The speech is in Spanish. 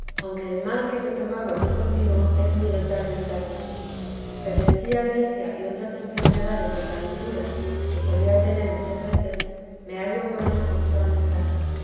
aunque el mal que me tomaba muy contino es muy de tarde en tarde perlesía recia y otras enfermedades de calenturas que solía tener muchas veces me hallo buena ocho años ha